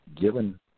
given